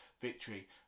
victory